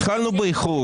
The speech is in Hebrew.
התחלנו באיחור.